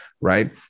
Right